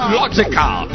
logical